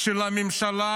פשוט תקשיבו.